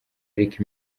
ariko